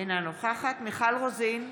אינה נוכחת מיכל רוזין,